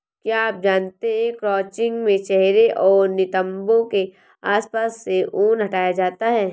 क्या आप जानते है क्रचिंग में चेहरे और नितंबो के आसपास से ऊन हटाया जाता है